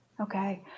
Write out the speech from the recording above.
Okay